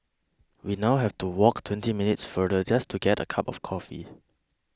we now have to walk twenty minutes farther just to get a cup of coffee